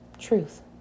Truth